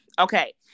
okay